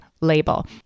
label